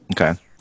okay